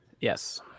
Yes